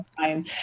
time